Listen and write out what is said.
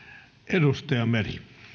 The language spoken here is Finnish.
arvoisa puhemies